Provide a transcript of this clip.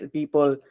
people